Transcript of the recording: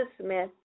Smith